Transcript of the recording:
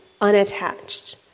unattached